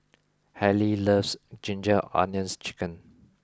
Hailey loves Ginger Onions Chicken